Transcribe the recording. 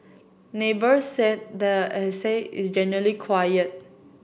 neighbours said the estate is generally quiet